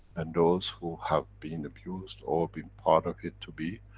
and those who have been abused, or been part of it to be,